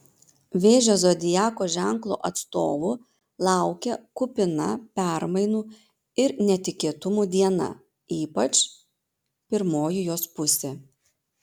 vėžio zodiako ženklo atstovų laukia kupina permainų ir netikėtumų diena ypač pirmoji jos pusė